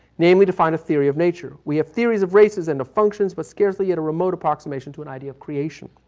namely to find a theory of nature. we have theories of races and the functions, but scarcely yet a remote approximation to an idea of creation.